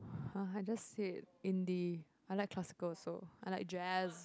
!huh! I just said Indie I like classical also I like Jazz